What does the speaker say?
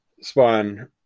spawn